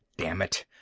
damn it,